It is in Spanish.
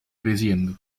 creciendo